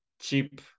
cheap